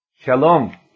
Shalom